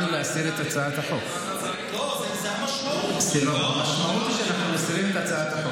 אבל אתה יכול להתחייב,